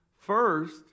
First